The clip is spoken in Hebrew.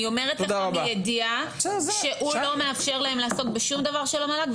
אני אומרת לך מידיעה שהוא לא מאפשר להם לעסוק בשום דבר של המל"ג,